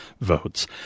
votes